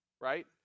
right